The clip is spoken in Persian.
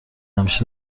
همیشه